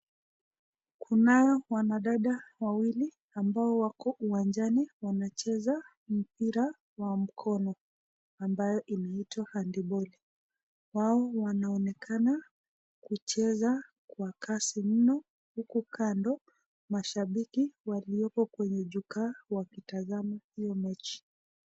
Kunao wanadada wawili ambao wako uwanjani wanacheza mpira wa mkono ambayo inaitwa handiboli. Wao wanaonekana kucheza kwa kasi mno huku mashabiki waliopo kwenye jukwaa wakitazama hio mechi.